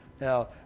Now